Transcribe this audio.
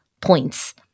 points